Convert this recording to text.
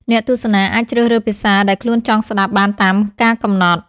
អ្នកទស្សនាអាចជ្រើសរើសភាសាដែលខ្លួនចង់ស្តាប់បានតាមការកំណត់។